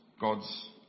God's